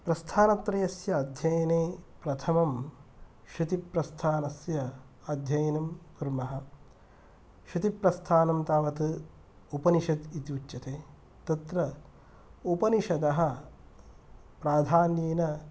प्रस्थानत्रयस्य अध्ययने प्रथमं श्रुतिप्रस्थानस्य अध्ययनं कुर्मः श्रुतिप्रस्थानं तावत् उपनिषत् इति उच्यते तत्र उपनिषदः प्राधान्येन